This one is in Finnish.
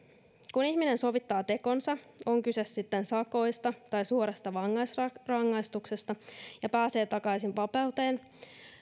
kun ihminen sovittaa tekonsa on kyse sitten sakoista tai suorasta vankeusrangaistuksesta ja pääsee takaisin vapauteen